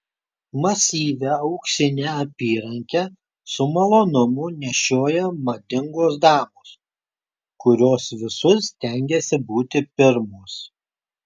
masyvią auksinę apyrankę su malonumu nešioja madingos damos kurios visur stengiasi būti pirmos